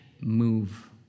move